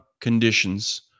conditions